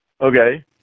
Okay